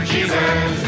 Jesus